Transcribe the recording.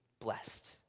blessed